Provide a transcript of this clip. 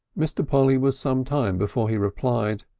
mr. polly was some time before he replied.